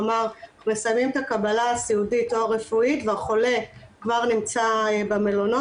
כלומר מסיימים את הקבלה הסיעודית או הרפואית והחולה כבר נמצא במלונות,